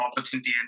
opportunity